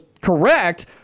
correct